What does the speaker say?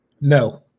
No